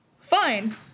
Fine